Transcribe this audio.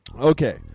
Okay